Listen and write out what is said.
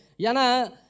Yana